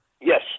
Yes